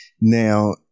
Now